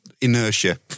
inertia